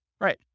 Right